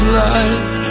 life